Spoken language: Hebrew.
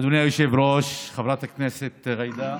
אדוני היושב-ראש, חברת הכנסת ג'ידא,